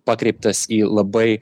pakreiptas į labai